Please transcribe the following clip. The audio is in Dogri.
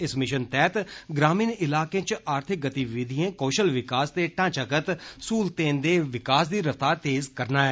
इस मिशन तैहत ग्रामीण इलाकें च आर्थिक गतिविधिएं कौशल विकास ते ढांचागत सहुलतें दे विकास दी रफ्तार तेज करना ऐ